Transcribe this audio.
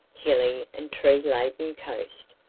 hilly and tree-laden coast.